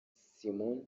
simone